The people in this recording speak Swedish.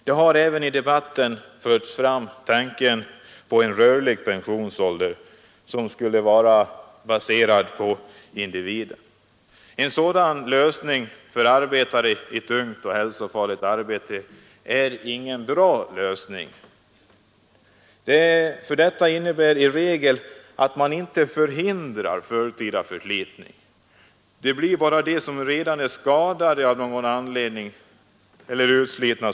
I debatten har även förts fram tanken på en rörlig pensionsålder, som skulle vara baserad på individen. En sådan lösning för arbetare i tunga och hälsofarliga arbeten är ingen bra lösning, för det innebär i regel inte att man hindrar för tidig förslitning. Bara de som redan är skadade eller utslitna av någon anledning tar pension.